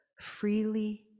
freely